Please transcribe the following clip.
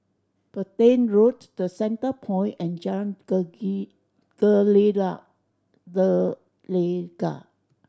Petain Road The Centrepoint and Jalan Gelegar